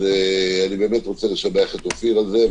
אז אני באמת רוצה לשבח את אופיר על הדבר הזה.